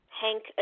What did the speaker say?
Hank